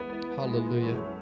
Hallelujah